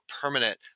permanent